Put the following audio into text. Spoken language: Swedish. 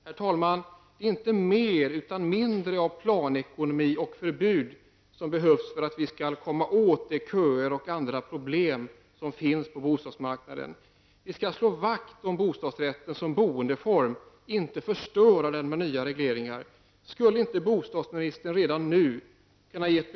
Nu måste utvecklingen gå mot färre regleringar, så att vi kan få en ökad rörlighet och därmed en bostadsmarknad som fungerar smidigare och där beståndet utnyttjas bättre. Ett ökat inslag av hembudsskyldighet vore ett steg i rakt motsatt riktning. Det är svårt att förstå hur någon -- särskilt efter de östeuropeiska erfarenheterna -- kan tro att köer och andra problem på en reglerad marknad kan bekämpas med ännu mer regleringar.